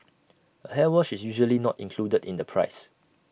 A hair wash is usually not included in the price